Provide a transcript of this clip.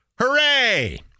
hooray